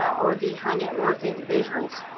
or the high net worth individuals,